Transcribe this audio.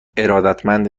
ارادتمند